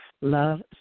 Love